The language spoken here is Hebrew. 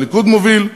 הליכוד מוביל,